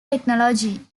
technology